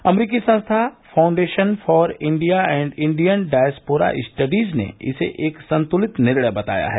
अमरीकी संस्था foundation for India and Indian diaspora studies ने इसे एक संतुलित निर्णय बताया है